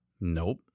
Nope